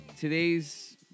today's